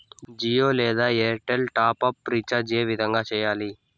జియో లేదా Airtel top up recharge ఏ విధంగా సేయాలి